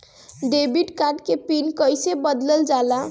Debit card के PIN कईसे बदलल जाला?